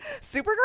Supergirl